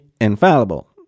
infallible